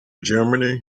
germany